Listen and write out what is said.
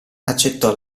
accettò